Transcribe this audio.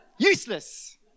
Useless